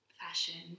fashion